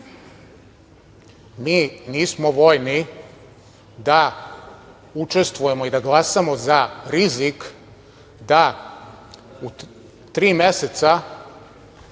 nismo voljni da učestvujemo i da glasamo za rizik da u tri meseca